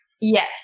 Yes